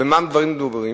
במה הדברים מדוברים?